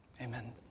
Amen